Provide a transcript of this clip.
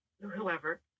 whoever